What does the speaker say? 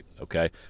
okay